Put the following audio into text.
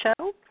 show